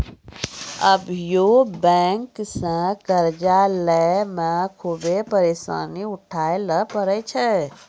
अभियो बेंक से कर्जा लेय मे खुभे परेसानी उठाय ले परै छै